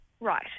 Right